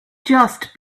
just